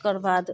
ओकर बाद